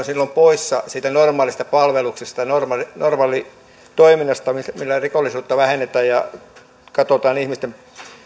silloin poissa siitä normaalista palveluksesta ja normaalitoiminnasta millä rikollisuutta vähennetään ja katsotaan ihmisten